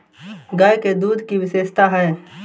गाय के दूध की क्या विशेषता है?